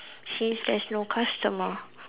seems there's no customer